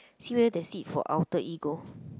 see whether there's seat for Alter Ego